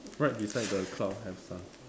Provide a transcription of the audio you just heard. right beside the cloud have sun